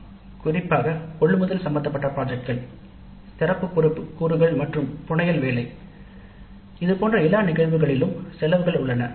" குறிப்பாக கொள்முதல் சம்பந்தப்பட்ட திட்டங்கள் சிறப்பு கூறுகள் மற்றும் புனையல் வேலை இதுபோன்ற எல்லா நிகழ்வுகளிலும் செலவுகள்உள்ளன